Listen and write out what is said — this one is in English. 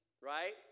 right